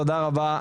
תודה רבה,